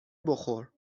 بخور